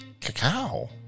Cacao